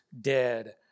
dead